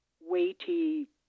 weighty